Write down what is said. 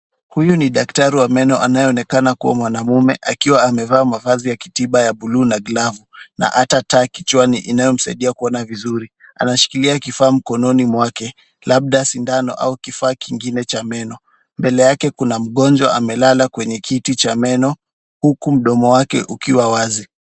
Huyu ni daktari wa meno anayeonekana kuwa mwanaume, akiwa ameva mavazi ya kitiba ya buluu na glavu na ata taa kichwani, inayomsaidia kuona vizuri. Anashikilia kifaa mkononi mwake labda sindano au kifaa kingine cha meno. Mbele yake kuna mgonjwa amelala kwenye kiti cha meno huku mdomo wake ukiwa wazi.